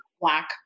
black